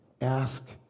ask